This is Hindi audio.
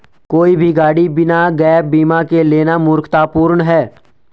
कोई भी गाड़ी बिना गैप बीमा के लेना मूर्खतापूर्ण है